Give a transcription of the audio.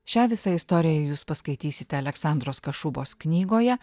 šią visą istoriją jūs paskaitysite aleksandros kašubos knygoje